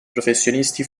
professionisti